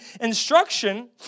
instruction